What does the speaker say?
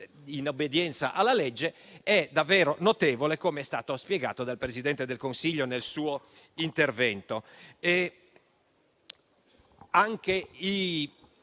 in obbedienza alla legge sono davvero notevoli, come è stato spiegato dal Presidente del Consiglio nel suo intervento.